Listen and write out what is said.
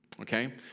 Okay